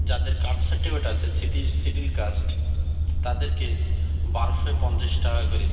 যাদের caste certificate আছে C scheduled caste তাদেরকে বারোশই পঁয়তাল্লিশ টাকা করে